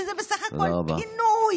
שזה בסך הכול פינוי,